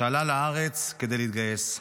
שעלה לארץ כדי להתגייס,